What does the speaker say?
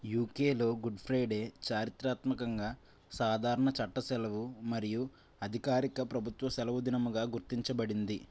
యూకేలో good Friday చారిత్రాత్మకంగా సాధారణ చట్ట సెలవు మరియు అధికారిక ప్రభుత్వ సెలవు దినముగా గుర్తించబడింది